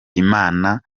imana